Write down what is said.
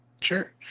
Sure